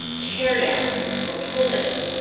tear down for pull down.